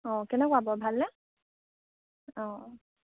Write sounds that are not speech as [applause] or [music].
অঁ কেনেকুৱা [unintelligible] ভালনে